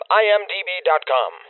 imdb.com